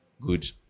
Good